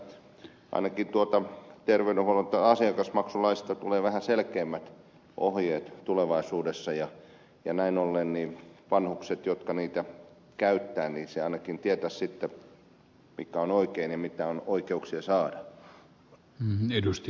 mutta toivon että ainakin terveydenhuollon asiakasmaksulaista tulee vähän selkeämmät ohjeet tulevaisuudessa ja näin ollen vanhukset jotka niitä käyttävät ainakin tietäisivät sitten mikä on oikein ja mitä on oikeus saada